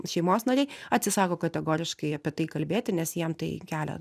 šeimos nariai atsisako kategoriškai apie tai kalbėti nes jiem tai kelia